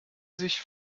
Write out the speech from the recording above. sich